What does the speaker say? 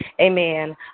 amen